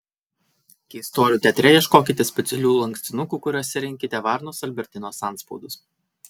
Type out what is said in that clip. keistuolių teatre ieškokite specialių lankstinukų kuriuose rinkite varnos albertinos antspaudus